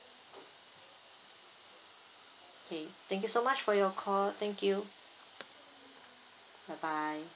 okay thank you so much for your call thank you bye bye